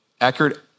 accurate